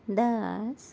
دس